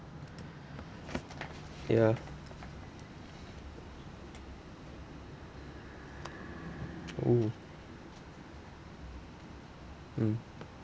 ya oh mm